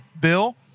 Bill